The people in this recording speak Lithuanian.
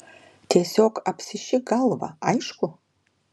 tiesiog apsišik galvą aišku